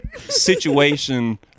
Situation